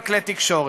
על כלי תקשורת.